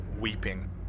weeping